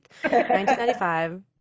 1995